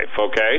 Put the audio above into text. okay